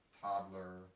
toddler